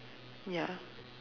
ya